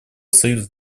союза